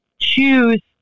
choose